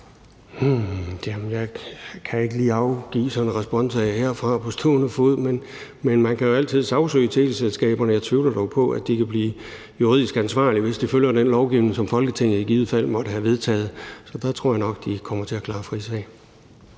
kan jeg ikke lige afgive en respons på her på stående fod, men man kan jo altid sagsøge teleselskaberne. Jeg tvivler dog på, at de kan blive holdt juridisk ansvarlige, hvis de følger den lovgivning, som Folketinget i givet fald måtte have vedtaget. Så der tror jeg nok, at de kommer til at klare frisag.